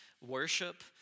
worship